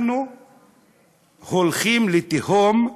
אנחנו הולכים לתהום,